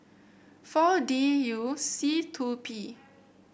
four D U C two P